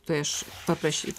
tai aš paprašyt